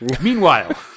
Meanwhile